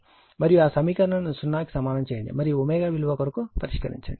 కాబట్టి మరియు ఆ సమీకరణము ను 0 కు సమానం చేయండి మరియు ω విలువ కొరకు పరిష్కరించండి